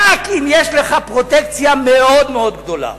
רק אם יש לך פרוטקציה מאוד מאוד גדולה.